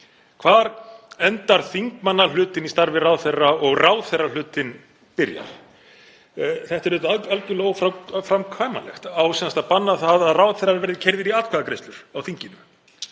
Hvar endar þingmannahlutinn í starfi ráðherra og ráðherrahlutinn byrjar? Þetta er auðvitað algerlega óframkvæmanlegt. Á sem sagt að banna það að ráðherrar verði keyrðir í atkvæðagreiðslur á þinginu?